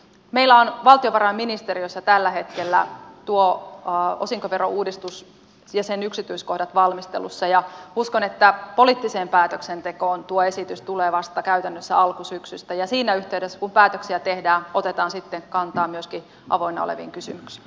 meillä on valtiovarainministeriössä tällä hetkellä tuo osinkoverouudistus ja sen yksityiskohdat valmistelussa ja uskon että poliittiseen päätöksentekoon tuo esitys tulee käytännössä vasta alkusyksystä ja siinä yhteydessä kun päätöksiä tehdään otetaan sitten kantaa myöskin avoinna oleviin kysymyksiin